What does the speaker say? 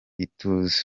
ituze